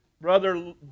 Brother